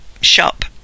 shop